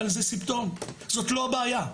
אבל זה סימפטום, זאת לא הבעיה.